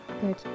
Good